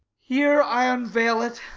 here i unveil it.